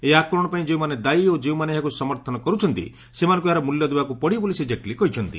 ଏହି ଆକ୍ରମଣ ପାଇଁ ଯେଉଁମାନେ ଦାୟୀ ଓ ଯେଉଁମାନେ ଏହାକୁ ସମର୍ଥନ କରୁଛନ୍ତି ସେମାନଙ୍କୁ ଏହାର ମୂଲ୍ୟ ଦେବାକୁ ପଡ଼ିବ ବୋଲି ଶ୍ରୀ ଜେଟ୍ଲୀ କହିଛନ୍ତି